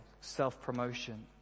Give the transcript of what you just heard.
self-promotion